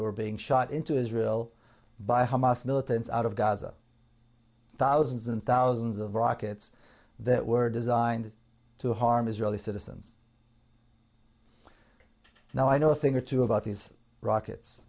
were being shot into israel by hamas militants out of gaza thousands and thousands of rockets that were designed to harm israeli citizens now i know a thing or two about these rockets